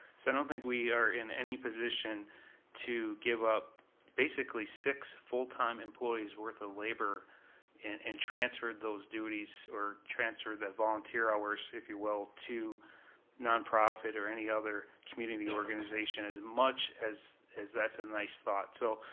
so i don't think we are in any position to give up basically six full time employees worth of labor and and transfer those duties, or transfer the volunteer hours, if you will, to non profit or any other community organization, as much as as that's a nice thought, so,